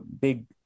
big